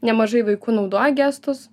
nemažai vaikų naudoja gestus